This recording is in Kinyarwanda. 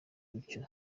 utyo